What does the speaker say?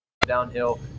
Downhill